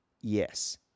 Yes